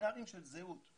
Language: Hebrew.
סמינרים של זהות,